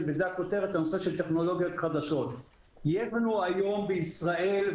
טכנולוגיות חדשות שיש לנו היום בישראל,